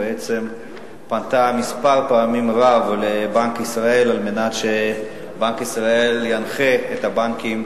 ופנתה הרבה פעמים לבנק ישראל על מנת שינחה את הבנקים